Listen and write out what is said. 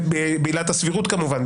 בעילת הסבירות כמובן,